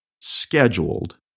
scheduled